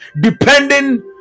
depending